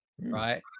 right